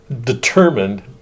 determined